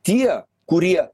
tie kurie